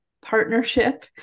partnership